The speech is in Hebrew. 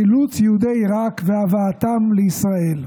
חילוץ יהודי עיראק והבאתם לישראל.